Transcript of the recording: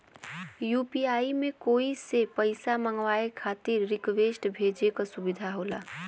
UPI में कोई से पइसा मंगवाये खातिर रिक्वेस्ट भेजे क सुविधा होला